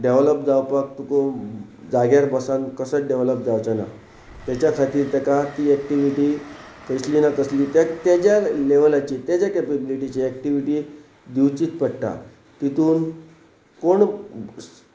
develop जावपाक तुका जाग्यार बसन कसोच डेवलप जावचे ना तेच्या खातीर ताका ती एक्टिविटी कसली ना कसली तेज्या लेवलाची तेज्या केपेबिलिटीची एक्टिविटी दिवचीच पडटा तितून कोण